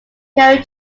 carry